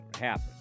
happen